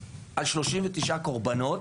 על 39 קורבנות